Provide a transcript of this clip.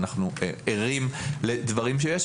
ואנחנו ערים לדברים שיש,